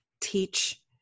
teach